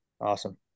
Awesome